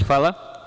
Hvala.